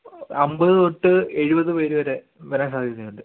അമ്പത് തൊട്ട് എഴുപത് പേര് വരെ വരാൻ സാധ്യതയുണ്ട്